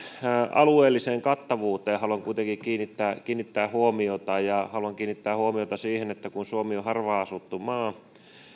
alueelliseen kattavuuteen haluan kuitenkin kiinnittää kiinnittää huomiota ja haluan kiinnittää huomiota siihen että kun suomi on harvaan asuttu maa